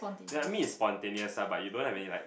ya I mean it's spontaneous lah but you don't have any like